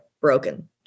broken